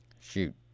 Shoot